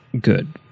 good